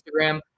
Instagram